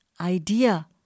idea